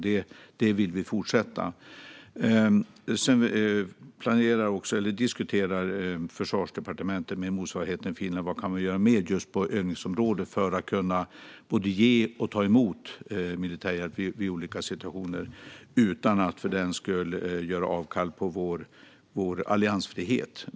Det vill vi fortsätta med. Försvarsdepartementet diskuterar också med motsvarigheten i Finland vad vi kan göra mer just på övningsområdet för att både kunna ge och ta emot militär hjälp vid olika situationer utan att för den skull göra avkall på vår alliansfrihet.